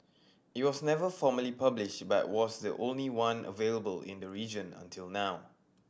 it was never formally published but was the only one available in the region until now